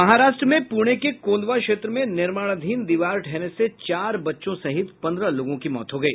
महाराष्ट्र में पूर्ण के कोंधवा क्षेत्र में निर्माणाधीन दीवार ढ़हने से चार बच्चों सहित पंद्रह लोगों की मौत हो गयी